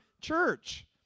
church